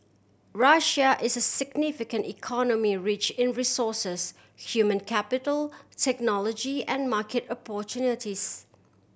Russia is a significant economy rich in resources human capital technology and market opportunities